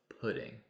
pudding